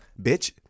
Bitch